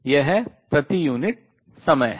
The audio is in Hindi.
यह प्रति यूनिट समय है